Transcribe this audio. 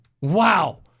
Wow